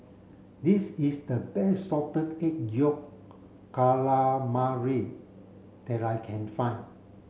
this is the best salted egg yolk calamari that I can find